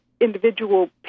individual